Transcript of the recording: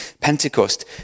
Pentecost